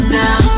now